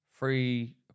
Free